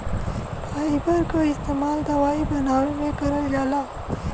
fibre क इस्तेमाल दवाई बनावे में करल जाला